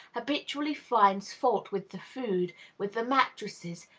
habitually finds fault with the food, with the mattresses,